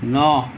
ন